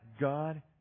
God